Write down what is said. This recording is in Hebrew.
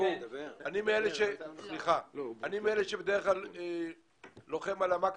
אני מאלה שבדרך כלל לוחם על המקסימום,